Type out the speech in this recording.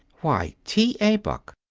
why, t. a. buck,